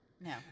No